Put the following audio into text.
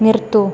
നിർത്തൂ